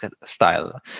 style